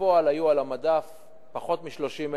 בפועל היו על המדף פחות מ-30,000,